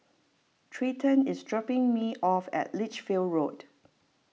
Treyton is dropping me off at Lichfield Road